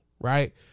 right